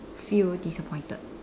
feel disappointed